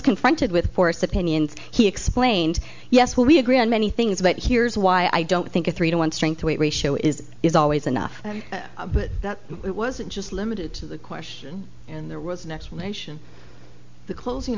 confronted with force opinions he explained yes we agree on many things but here's why i don't think a three to one strength to weight ratio is is always enough but it wasn't just limited to the question and there was an explanation the closing